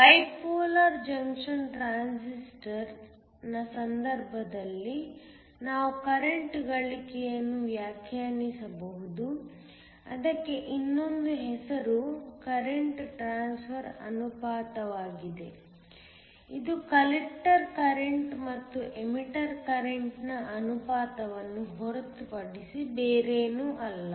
bipolar junction transistor ನ ಸಂದರ್ಭದಲ್ಲಿ ನಾವು ಕರೆಂಟ್ ಗಳಿಕೆಯನ್ನು ವ್ಯಾಖ್ಯಾನಿಸಬಹುದು ಅದಕ್ಕೆ ಇನ್ನೊಂದು ಹೆಸರೂ ಕರೆಂಟ್ ಟ್ರಾನ್ಸ್ಫರ್ ಅನುಪಾತವಾಗಿದೆ ಇದು ಕಲೆಕ್ಟರ್ ಕರೆಂಟ್ ಮತ್ತು ಎಮಿಟರ್ ಕರೆಂಟ್ ನ ಅನುಪಾತವನ್ನು ಹೊರತುಪಡಿಸಿ ಬೇರೇನೂ ಅಲ್ಲ